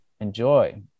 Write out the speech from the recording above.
enjoy